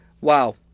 Wow